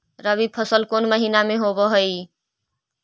रबी फसल कोन महिना में होब हई?